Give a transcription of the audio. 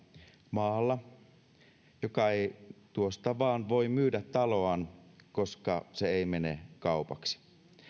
maalla ja joka ei tuosta vaan voi myydä taloaan koska se ei mene kaupaksi